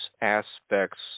aspects